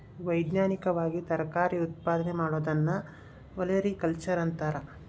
ವೈಜ್ಞಾನಿಕವಾಗಿ ತರಕಾರಿ ಉತ್ಪಾದನೆ ಮಾಡೋದನ್ನ ಒಲೆರಿಕಲ್ಚರ್ ಅಂತಾರ